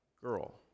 girl